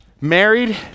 married